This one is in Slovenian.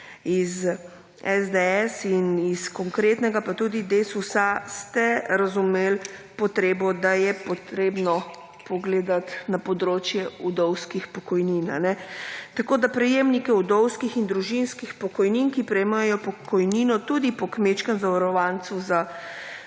iz SDS in iz Konkretnega, pa tudi Desusa, ste razumeli potrebo, da je potrebno pogledati na področje vdovskih pokojnin, a ne. Tako da prejemnike vdovskih in družinskih pokojnin, ki prejemajo pokojnino tudi po kmečkem zavarovancu za